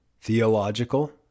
theological